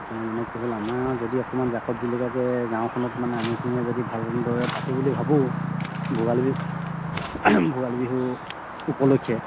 ইপিনে মানে কি হ'ল আমাৰ যদি অকণমান জাকত জিলিকাকৈ গাঁওখনত মানে আমিখিনিয়ে যদি ভালদৰে পাতোঁ বুলি ভাবোঁ ভোগালী বি ভোগালী বিহু উপলক্ষে